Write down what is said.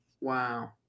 Wow